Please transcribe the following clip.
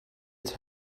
its